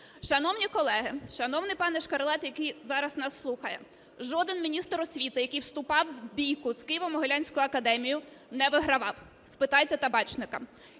Шановні колеги, шановний пане Шкарлет, який зараз нас слухає, жоден міністр освіти, який вступав у бійку з Києво-Могилянською академією, не вигравав, спитайте Табачника.